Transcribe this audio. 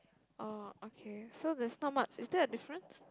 oh okay so there's not much is there a difference